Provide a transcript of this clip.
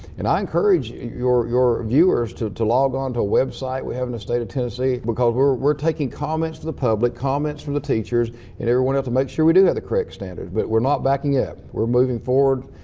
and i encourage your your viewers to to log on to our website we have in the state of tennessee because we're we're taking comments to the public, comments from the teachers and everyone else to make sure we do have the correct standards. but we're not backing out. we're moving forward,